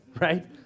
right